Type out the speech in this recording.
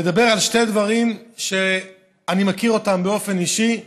לדבר על שני דברים שאני מכיר באופן אישי.